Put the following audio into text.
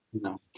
no